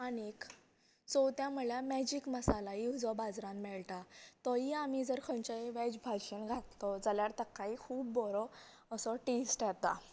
आनीक चवथे म्हटल्यार मॅजीक मसाला जो बाजरांत मेळटा तोय आमी जर खंयच्याय वेज भाजयेंत घातलो जाल्यार ताकाय खूब बरो असो टेस्ट येता